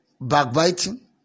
backbiting